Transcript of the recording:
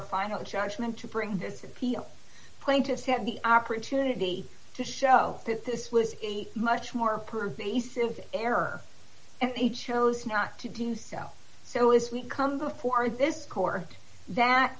judgment to bring this appeal plaintiffs have the opportunity to show that this was a much more pervasive error and they chose not to do so so as we come before this core that